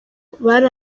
bari